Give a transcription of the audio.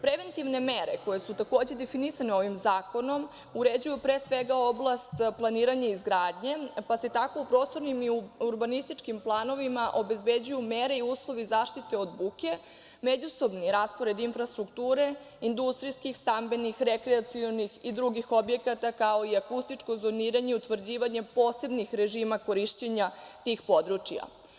Preventivne mere koje su takođe definisane ovim zakonom uređuju, pre svega, oblast planiranja i izgradnje, pa se tako u prostornim i urbanističkim planovima obezbeđuju mere i uslovi zaštite od buke, međusobni raspored infrastrukture, industrijskih, stambenih, rekreacionih i drugih objekata, kao i akustičko zoniranje i utvrđivanje posebnih režima korišćenja tih područja.